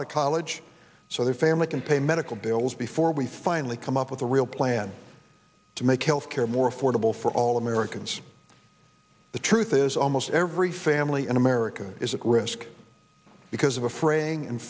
out of college so their family can pay medical bills before we finally come up with a real plan to make health care more affordable for all americans the truth is almost every family in america is at risk because of a fra